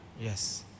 Yes